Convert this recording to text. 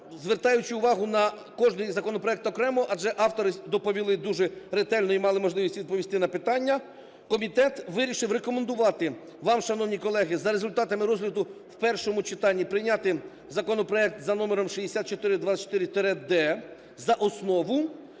звертаючи увагу на кожний законопроект окремо, адже автори доповіли дуже ретельно і мали можливість доповісти на питання, комітет вирішив рекомендувати вам, шановні колеги, за результатами розгляду в першому читанні прийняти законопроект за номером 6424-д за основу